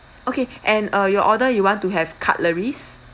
okay and uh your order you want to have cutleries